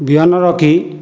ବିହନ ରଖି